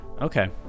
Okay